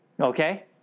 Okay